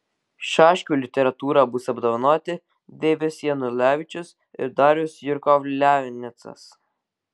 šaškių literatūra bus apdovanoti deivis janulevičius ir darius jurkovlianecas